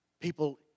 people